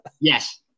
yes